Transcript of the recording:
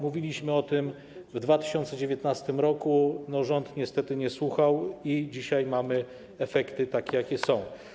Mówiliśmy o tym w 2019 r., rząd niestety nie słuchał i dzisiaj mamy efekty takie, jakie są.